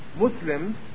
Muslims